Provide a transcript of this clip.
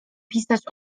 pisać